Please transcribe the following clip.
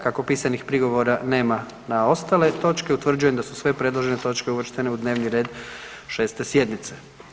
Kako pisanih prigovora nema na ostale točke utvrđujem da su sve predložene točke uvrštene u dnevni red 6. sjednice.